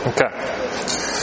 Okay